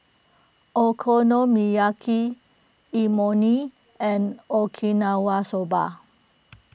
Okonomiyaki Imoni and Okinawa Soba